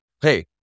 hey